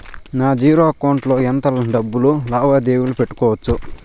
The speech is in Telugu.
నా జీరో అకౌంట్ లో ఎంత డబ్బులు లావాదేవీలు పెట్టుకోవచ్చు?